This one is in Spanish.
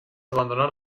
abandonar